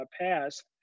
passed